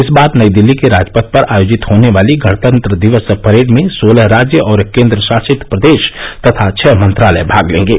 इस बार नई दिल्ली के राजपथ पर आयोजित होने वाली गणतंत्र दिवस परेड में सोलह राज्य और केंद्रशासित प्रदेश तथा छह मंत्रालय भाग लेंगे